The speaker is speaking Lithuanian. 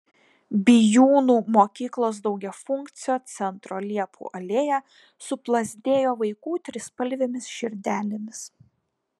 bijūnų mokyklos daugiafunkcio centro liepų alėja suplazdėjo vaikų trispalvėmis širdelėmis